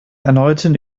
erneuten